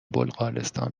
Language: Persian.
بلغارستان